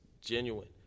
genuine